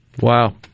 Wow